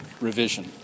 revision